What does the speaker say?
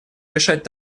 решать